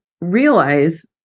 realize